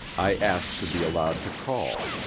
i asked to be allowed to call.